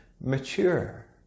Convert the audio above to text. mature